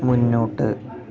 മുന്നോട്ട്